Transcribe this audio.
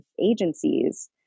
agencies